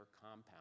compound